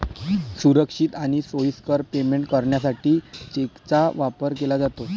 सुरक्षित आणि सोयीस्कर पेमेंट करण्यासाठी चेकचा वापर केला जातो